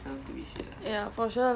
love there then